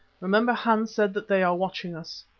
remember hans said that they are watching us.